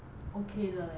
okay 的 leh